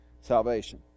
salvation